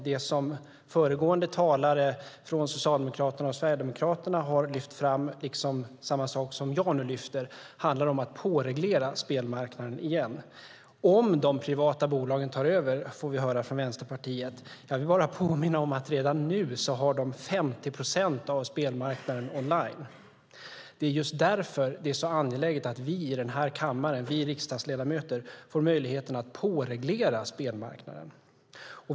Det som föregående talare från Socialdemokraterna och Sverigedemokraterna har lyft fram, och som jag nu lyfter fram, handlar om att påreglera spelmarknaden igen. Om de privata bolagen tar över, säger Vänsterpartiet. Jag vill påminna om att de redan nu har 50 procent av spelmarknaden on line. Det är därför det är så angeläget att vi riksdagsledamöter får möjlighet att påreglera spelmarknaden.